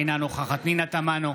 אינה נוכחת פנינה תמנו,